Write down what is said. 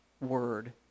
word